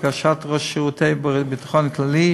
לבקשת ראש שירות ביטחון כללי,